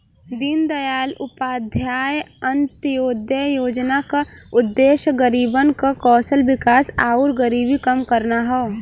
दीनदयाल उपाध्याय अंत्योदय योजना क उद्देश्य गरीबन क कौशल विकास आउर गरीबी कम करना हौ